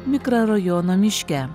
mikrorajono miške